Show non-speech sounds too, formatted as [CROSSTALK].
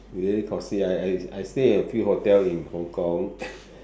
very costly I I I stay in a few hotel in Hong-Kong [COUGHS]